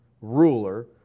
ruler